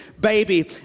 baby